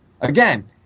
Again